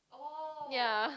ya